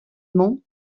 man